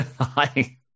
Hi